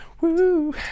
Woo